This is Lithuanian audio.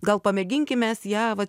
gal pamėginkim mes ją va